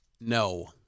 No